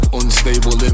unstable